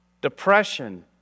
Depression